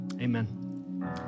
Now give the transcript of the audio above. Amen